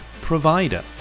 provider